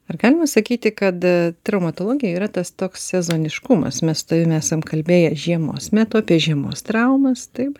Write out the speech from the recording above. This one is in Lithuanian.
ar galima sakyti kad traumatologija yra tas toks sezoniškumas mes su tavimi sam kalbėję žiemos metu apie žiemos traumas taip